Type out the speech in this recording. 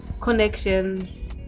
connections